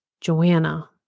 Joanna